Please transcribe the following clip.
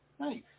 Nice